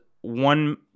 one